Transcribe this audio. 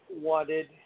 wanted